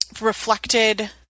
reflected